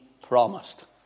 promised